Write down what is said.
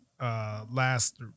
last